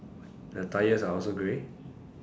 the tyres are also grey